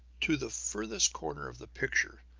to the furthest corner of the picture,